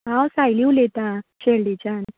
हांव सायली उलयता शेल्डेच्यान